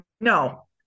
no